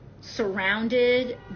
surrounded